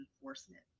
enforcement